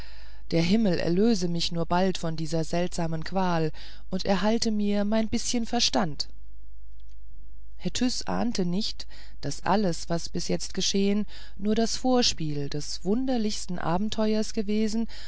der himmel erlöse mich nur bald aus dieser seltsamen qual und erhalte mir mein bißchen verstand herr tyß ahnte nicht daß alles was bis jetzt geschehen nur das vorspiel des wunderlichsten abenteuers gewesen